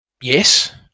Yes